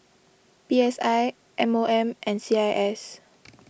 P S I M O M and C I S